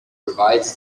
provides